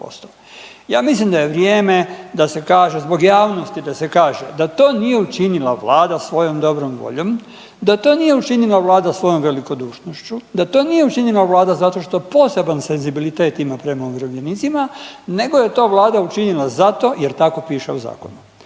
Ja mislim da je vrijeme da se kaže, zbog javnosti da se kaže da to nije učinila vlada svojom dobrom voljom, da to nije učinila vlada svojom velikodušnošću, da to nije učinila vlada zato što poseban senzibilitet ima prema umirovljenicima nego je to vlada učinila zato jer tako piše u zakonu.